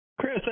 Chris